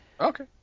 Okay